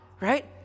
right